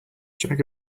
jack